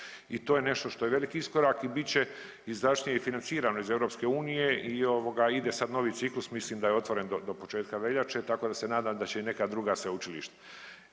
I to je nešto što je velik iskorak i bit će izdašnije i financirano iz EU i ovoga ide sad novi ciklus, mislim da je otvoren do početka veljače tako da se nadam da će i neka druga sveučilišta.